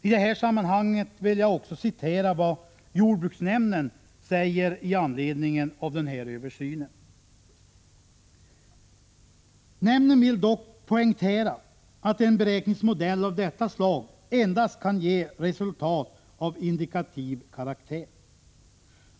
I detta sammanhang vill jag också citera vad jordbruksnämnden säger i anledning av översynen: ”Nämnden vill dock poängtera att en beräkningsmodell av detta slag Prot. 1985/86:160 endast kan ge resultat av indikativ karaktär.